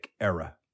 era